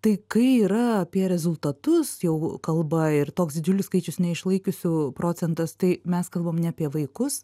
tai kai yra apie rezultatus jau kalba ir toks didžiulis skaičius neišlaikiusių procentas tai mes kalbam ne apie vaikus